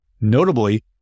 Notably